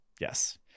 Yes